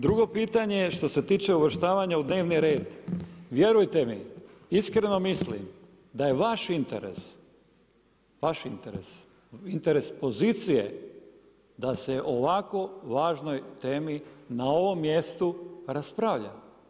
Drugo pitanje je što se tiče uvrštavanja u dnevni red, vjerujte mi iskreno mislim da je vaš interes, vaš interes, interes pozicije da se o ovako važnoj temi na ovom mjestu raspravlja.